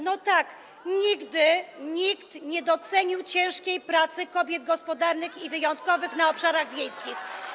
No tak, nigdy nikt nie docenił ciężkiej pracy kobiet gospodarnych i wyjątkowych na obszarach wiejskich.